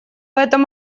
этом